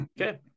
Okay